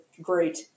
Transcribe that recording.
great